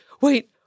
wait